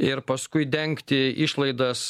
ir paskui dengti išlaidas